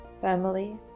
family